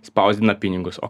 spausdina pinigus o